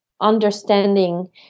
understanding